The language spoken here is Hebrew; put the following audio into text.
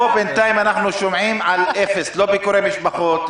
פה בינתיים אנחנו שומעים על אפס לא ביקורי משפחות,